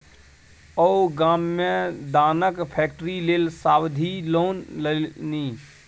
ओ गाममे मे दानाक फैक्ट्री लेल सावधि लोन लेलनि